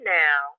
now